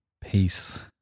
peace